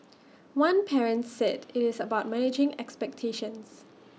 one parent said IT is about managing expectations